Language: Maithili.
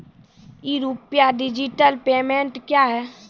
ई रूपी डिजिटल पेमेंट क्या हैं?